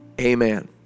Amen